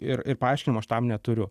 ir ir paaiškinimo aš tam neturiu